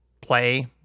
Play